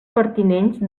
pertinents